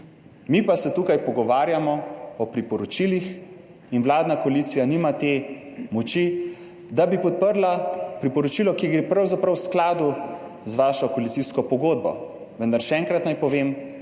Mi pa se tukaj pogovarjamo o priporočilih in vladna koalicija nima te moči, da bi podprla priporočilo, ki gre pravzaprav v skladu z vašo koalicijsko pogodbo. Vendar še enkrat naj povem,